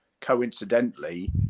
coincidentally